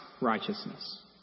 righteousness